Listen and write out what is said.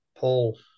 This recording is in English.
Paul